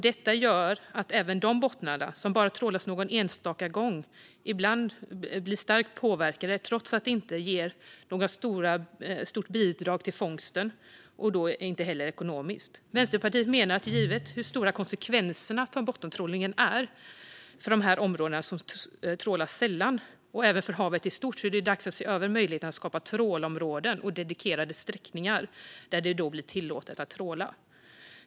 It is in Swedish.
Detta gör att även de bottnar som bara trålas någon enstaka gång ibland blir starkt påverkade, trots att det inte ger något stort bidrag till fångsten och då inte heller är ekonomiskt. Vänsterpartiet menar att givet hur stora konsekvenserna av bottentrålningen är för de områden som trålas sällan och även för havet i stort är det dags att se över möjligheten att skapa trålområden och dedikerade sträckningar där det blir tillåtet att tråla.